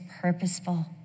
purposeful